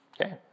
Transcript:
Okay